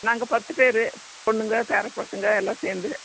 நாங்கள் பத்து பேரு பொண்ணுங்க பேரப்பசங்க எல்லாம் சேர்ந்து